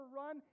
run